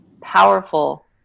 powerful